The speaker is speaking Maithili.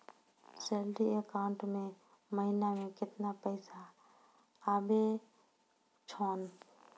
सैलरी अकाउंट मे महिना मे केतना पैसा आवै छौन?